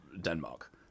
Denmark